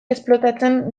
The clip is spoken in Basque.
esplotatzen